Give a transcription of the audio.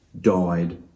died